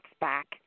back